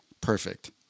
Perfect